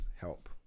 help